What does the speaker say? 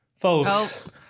Folks